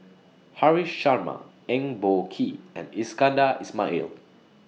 Haresh Sharma Eng Boh Kee and Iskandar Ismail